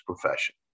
profession